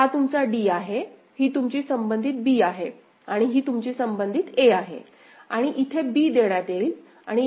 हा तुमचा D आहे ही तुमची संबंधित B आहे आणि ही तुमची संबंधित A आहे आणि इथे B देण्यात येईल आणि इथे A दिले जाईल